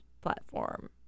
platform